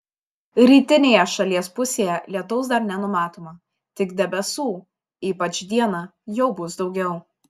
rytinėje šalies pusėje lietaus dar nenumatoma tik debesų ypač dieną jau bus daugiau